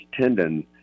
tendon